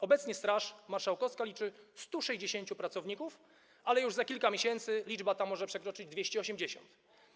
Obecnie Straż Marszałkowska liczy 160 pracowników, ale już za kilka miesięcy liczba ta może przekroczyć 280.